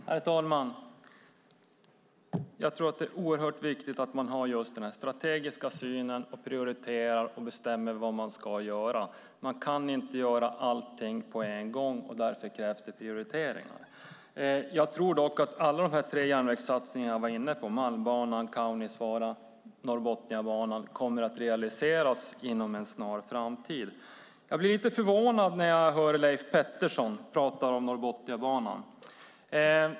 Herr talman! Jag tror att det är oerhört viktigt att man har en strategisk syn, prioriterar och bestämmer vad som ska göras. Man kan inte göra allt på en gång. Därför krävs prioriteringar. Jag tror dock att alla de tre järnvägssatsningarna, Malmbanan, Kaunisvaara och Norrbotniabanan, kommer att realiseras inom en snar framtid. Jag blir lite förvånad när jag hör Leif Pettersson prata om Norrbotniabanan.